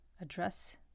address